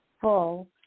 full